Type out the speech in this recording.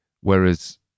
whereas